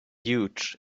huge